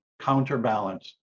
counterbalance